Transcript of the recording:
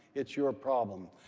it's your problem.